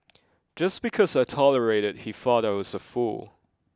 just because I tolerated he thought I was a fool